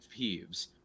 peeves